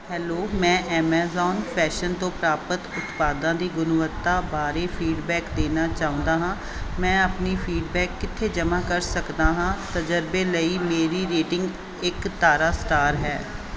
hello ਮੈਂ Amazon fashion ਤੋਂ ਪ੍ਰਾਪਤ ਉਤਪਾਦਾਂ ਦੀ ਗੁਣਵੱਤਾ ਬਾਰੇ ਫੀਡਬੈਕ ਦੇਣਾ ਚਾਹੁੰਦਾ ਹਾਂ ਮੈਂ ਆਪਣੀ ਫੀਡਬੈਕ ਕਿੱਥੇ ਜਮ੍ਹਾਂ ਕਰ ਸਕਦਾ ਹਾਂ ਤਜਰਬੇ ਲਈ ਮੇਰੀ ਰੇਟਿੰਗ ਇੱਕ ਤਾਰਾ ਸਟਾਰ ਹੈ